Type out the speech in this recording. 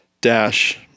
dash